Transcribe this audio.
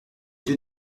deux